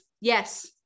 Yes